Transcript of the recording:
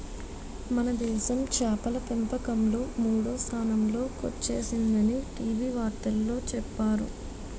మనదేశం చేపల పెంపకంలో మూడో స్థానంలో కొచ్చేసిందని టీ.వి వార్తల్లో చెప్పేరు